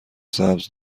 سبز